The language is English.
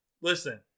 Listen